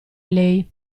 lei